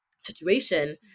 situation